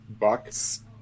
bucks